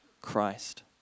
Christ